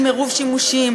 עם עירוב שימושים,